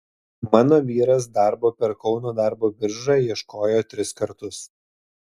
mano vyras darbo per kauno darbo biržą ieškojo tris kartus